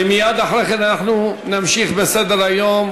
ומייד אחרי כן אנחנו נמשיך בסדר-היום,